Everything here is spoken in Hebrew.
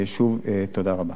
שוב, תודה רבה.